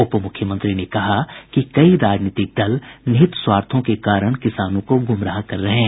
उपमुख्यमंत्री ने कहा कि कई राजनीति दल निहित स्वार्थों के कारण किसानों को गुमराह कर रहे हैं